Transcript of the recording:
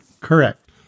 Correct